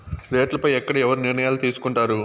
రేట్లు పై ఎక్కడ ఎవరు నిర్ణయాలు తీసుకొంటారు?